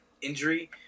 injury